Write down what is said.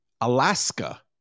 Alaska